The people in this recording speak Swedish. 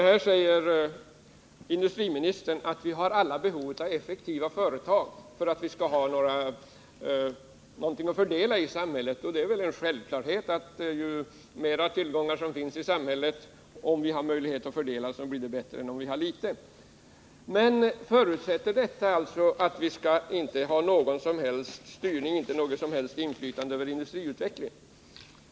Herr talman! Industriministern säger att vi alla har behov av effektiva företag för att ha någonting att fördela i samhället. Det är väl en självklarhet att det är bättre att ha större tillgångar i samhället att fördela än att ha mindre. Men förutsätter detta att vi inte skall ha någon styrning av eller något inflytande över industriutvecklingen?